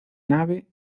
nave